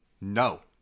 No